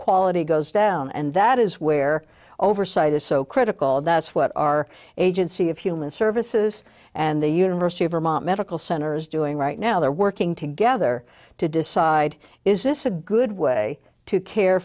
quality goes down and that is where oversight is so critical that's what our agency of human services and the university of vermont medical centers doing right now they're working together to decide is this a good way to care